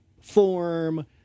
form